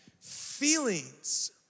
Feelings